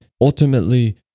ultimately